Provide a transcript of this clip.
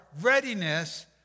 readiness